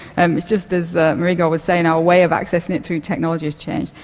and it's just, as marigo was saying, our way of accessing it through technology has changed.